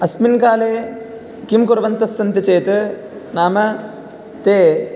अस्मिन् काले किं कुर्वन्तः सन्ति चेत् नाम ते